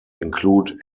include